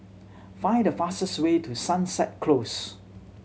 find the fastest way to Sunset Close